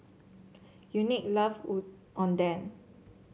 Unique love Oden